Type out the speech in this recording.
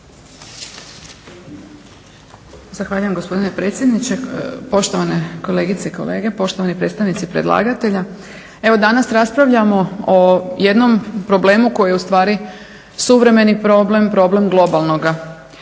Zahvaljujem gospodine predsjedniče, poštovane kolegice i kolege, poštovani predstavnici predlagatelja. Evo, danas raspravljamo o jednom problemu koji je ustvari suvremeni problem, problem globalnoga